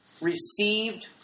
received